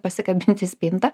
pasikabint į spinta